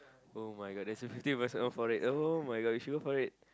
[oh]-my-god there's a fifty percent off for it [oh]-my-god we should go for it